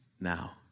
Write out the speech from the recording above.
now